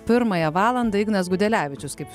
pirmąją valandą ignas gudelevičius kaip